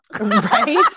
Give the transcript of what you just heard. Right